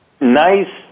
nice